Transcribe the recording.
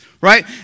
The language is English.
right